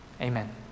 Amen